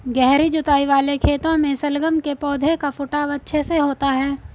गहरी जुताई वाले खेतों में शलगम के पौधे का फुटाव अच्छे से होता है